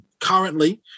currently